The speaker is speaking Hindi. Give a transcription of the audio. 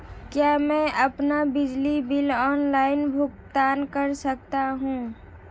क्या मैं अपना बिजली बिल ऑनलाइन भुगतान कर सकता हूँ?